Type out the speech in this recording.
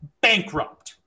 bankrupt